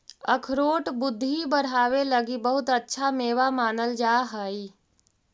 अखरोट बुद्धि बढ़ावे लगी बहुत अच्छा मेवा मानल जा हई